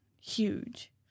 huge